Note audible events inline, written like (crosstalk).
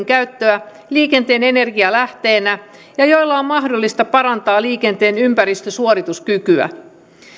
(unintelligible) käyttöä liikenteen energialähteenä ja joilla on mahdollista parantaa liikenteen ympäristösuorituskykyä